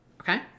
Okay